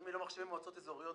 אם לא מחשיבים מועצות אזוריות,